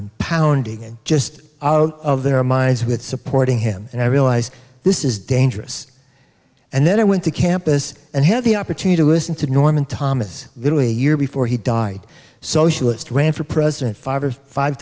and pounding and just out of their minds with supporting him and i realize this is dangerous and then i went to campus and had the opportunity to listen to norman thomas literally years before he died socialist ran for president five or five